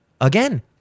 Again